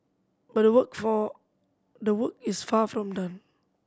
but the work the work is far from done